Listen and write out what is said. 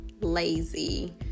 lazy